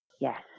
Yes